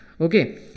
okay